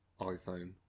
iPhone